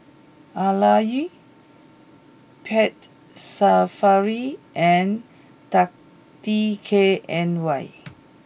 Arai Pet Safari and dark D K N Y